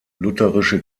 lutherische